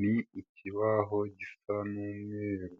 Ni ikibaho gisa n'umweru,